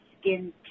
skin